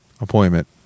appointment